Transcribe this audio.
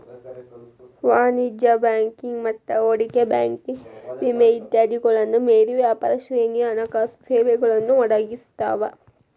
ವಾಣಿಜ್ಯ ಬ್ಯಾಂಕಿಂಗ್ ಮತ್ತ ಹೂಡಿಕೆ ಬ್ಯಾಂಕಿಂಗ್ ವಿಮೆ ಇತ್ಯಾದಿಗಳನ್ನ ಮೇರಿ ವ್ಯಾಪಕ ಶ್ರೇಣಿಯ ಹಣಕಾಸು ಸೇವೆಗಳನ್ನ ಒದಗಿಸ್ತಾವ